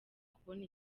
kubona